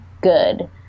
good